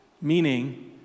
Meaning